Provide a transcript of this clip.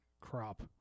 crop